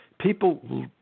People